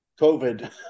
COVID